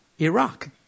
Iraq